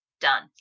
Done